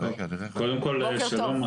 קודם כל שלום.